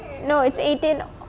no it's eighteen